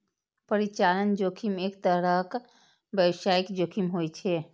परिचालन जोखिम एक तरहक व्यावसायिक जोखिम होइ छै